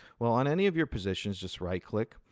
well, on any of your positions, just right click,